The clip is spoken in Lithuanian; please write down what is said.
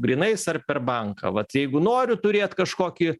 grynais ar per banką vat jeigu noriu turėt kažkokį